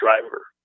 driver